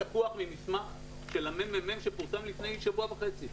זה לקוח ממסמך של הממ"מ שפורסם לפני שבוע וחצי,